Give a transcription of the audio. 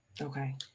Okay